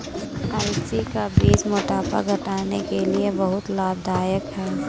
अलसी का बीज मोटापा घटाने के लिए बहुत लाभदायक है